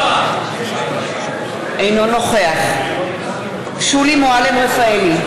אינו נוכח שולי מועלם-רפאלי,